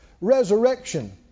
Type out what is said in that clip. resurrection